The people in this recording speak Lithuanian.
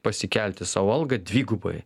pasikelti sau algą dvigubai